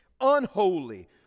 unholy